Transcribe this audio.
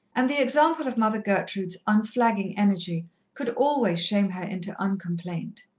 and the example of mother gertrude's unflagging energy could always shame her into un-complaint.